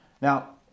Now